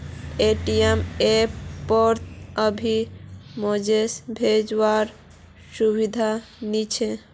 ATM app पोत अभी message भेजो वार सुविधा नी छे